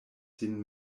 sin